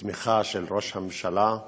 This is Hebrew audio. בתמיכה של ראש הממשלה,